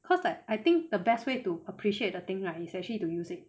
cause like I think the best way to appreciate the thing right is actually to use it